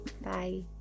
Bye